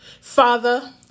Father